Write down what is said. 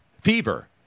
Fever